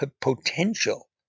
potential